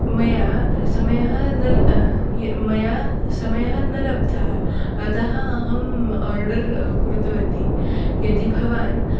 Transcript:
मया समयः न मया समयः न लब्धः अतः अहम् आर्डर् कृतवती यदि भवान्